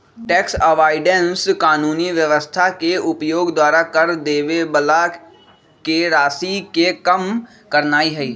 tax avoidance कानूनी व्यवस्था के उपयोग द्वारा कर देबे बला के राशि के कम करनाइ हइ